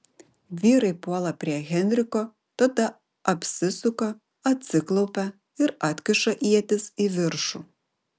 vyrai puola prie henriko tada apsisuka atsiklaupia ir atkiša ietis į viršų